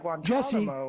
Jesse